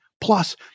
Plus